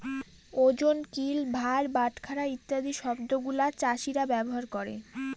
ওজন, কিল, ভার, বাটখারা ইত্যাদি শব্দগুলা চাষীরা ব্যবহার করে